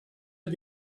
had